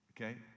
okay